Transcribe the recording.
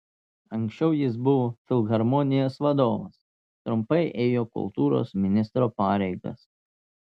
anksčiau jis buvo filharmonijos vadovas trumpai ėjo kultūros ministro pareigas